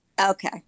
Okay